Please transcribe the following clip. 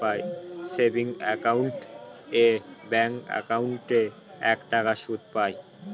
savings account এ bank একাউন্টে একটা সুদ পাই